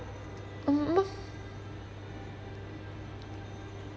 mm um